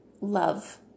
love